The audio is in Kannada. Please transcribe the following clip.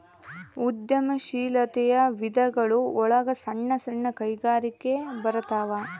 ಉದ್ಯಮ ಶೀಲಾತೆಯ ವಿಧಗಳು ಒಳಗ ಸಣ್ಣ ಸಣ್ಣ ಕೈಗಾರಿಕೆ ಬರತಾವ